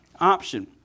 option